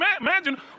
imagine